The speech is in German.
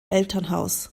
elternhaus